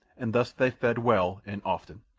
and thus they fed well and often.